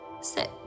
sit